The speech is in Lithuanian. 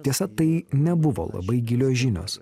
tiesa tai nebuvo labai gilios žinios